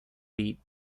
beat